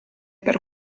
per